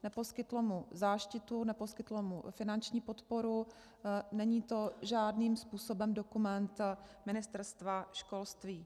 Neposkytlo mu záštitu, neposkytlo mu finanční podporu, není to žádným způsobem dokument Ministerstva školství.